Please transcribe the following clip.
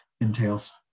entails